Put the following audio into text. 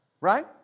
Right